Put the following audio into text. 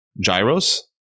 Gyros